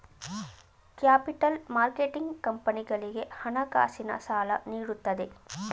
capital marketing ಕಂಪನಿಗಳಿಗೆ ಹಣಕಾಸಿನ ಸಾಲ ನೀಡುತ್ತದೆ